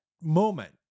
moment